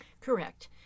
Correct